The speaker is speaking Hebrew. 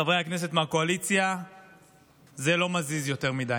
לחברי הכנסת מהקואליציה זה לא מזיז יותר מדי,